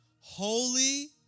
Holy